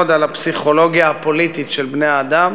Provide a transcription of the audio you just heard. על הפסיכולוגיה הפוליטית של בני-האדם,